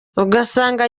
ugasanga